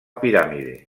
piràmide